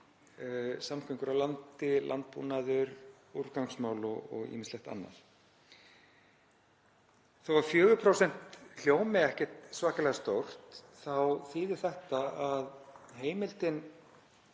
samgöngur á landi, landbúnaður, úrgangsmál og ýmislegt annað. Þó að 4% hljómi ekkert svakalega stórt þýðir þetta að heimildin